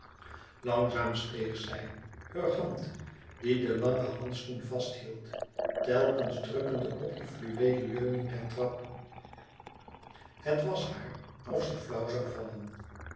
langzaam steeg zij heur hand die den langen handschoen vasthield telkens drukkende op de fluweelen leuning der trap het was haar of ze flauw zoû vallen